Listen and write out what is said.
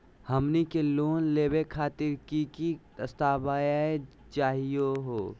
हमनी के लोन लेवे खातीर की की दस्तावेज चाहीयो हो?